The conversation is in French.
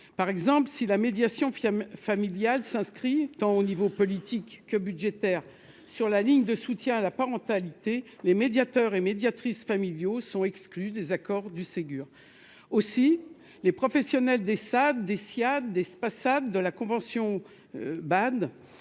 par exemple, si la médiation firme familiale s'inscrit dans au niveau politique que budgétaire sur la ligne de soutien à la parentalité, les médiateurs et médiatrice familiaux sont exclus désaccord du Ségur aussi les professionnels des sacs d'Etihad espace de la convention bad